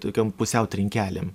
tokiom pusiau trinkelėm